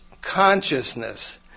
consciousness